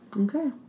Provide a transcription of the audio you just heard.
okay